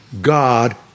God